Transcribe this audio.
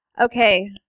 okay